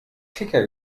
kicker